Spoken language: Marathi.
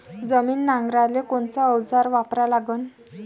जमीन नांगराले कोनचं अवजार वापरा लागन?